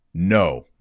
No